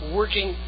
working